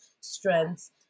strengths